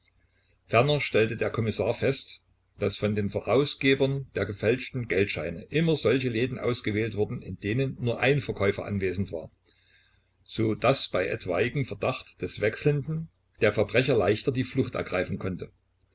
stellte der kommissar fest daß von den verausgebern der gefälschten geldscheine immer solche läden ausgewählt wurden in denen nur ein verkäufer anwesend war so daß bei etwaigem verdacht des wechselnden der verbrecher leichter die flucht ergreifen konnte